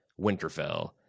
Winterfell